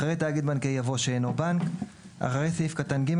אחרי "תאגיד בנקאי" יבוא "שאינו בנק"; אחרי סעיף קטן (ג)